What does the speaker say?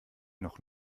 noch